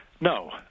No